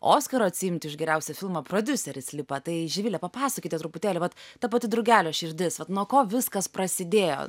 oskaro atsiimti už geriausią filmą prodiuseris lipa tai živile papasakokite truputėlį vat ta pati drugelio širdis vat nuo ko viskas prasidėjo